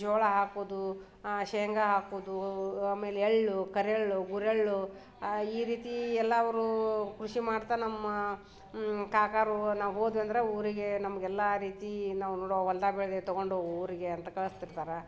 ಜೋಳ ಹಾಕೋದು ಶೇಂಗಾ ಹಾಕೋದು ಆಮೇಲೆ ಎಳ್ಳು ಕರೆಳ್ಳು ಉರೆಳ್ಳು ಈ ರೀತಿ ಎಲ್ಲ ಅವರೂ ಕೃಷಿ ಮಾಡ್ತಾ ನಮ್ಮ ಕಾಕಾರೂ ನಾವು ಹೋದ್ವಿ ಅಂದರೆ ಊರಿಗೆ ನಮ್ಗೆ ಎಲ್ಲ ರೀತಿ ನಾವು ನೋಡೋ ಹೊಲ್ದಾಗ ಬೆಳ್ದಿದ್ದು ತಗೊಂಡು ಹೋಗಿ ಊರಿಗೆ ಅಂತ ಕಳಿಸ್ತಿರ್ತಾರೆ